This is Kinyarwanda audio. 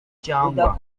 cyangwa